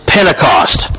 Pentecost